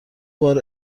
بار